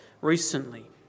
recently